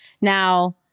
Now